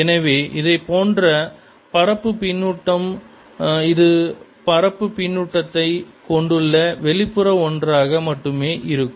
எனவே இதைப்போன்ற பரப்பு பின்னூட்டம் இது பரப்பு பின்னூட்டத்தை கொண்டுள்ள வெளிப்புற ஒன்றாக மட்டுமே இருக்கும்